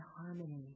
harmony